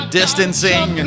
distancing